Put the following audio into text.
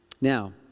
Now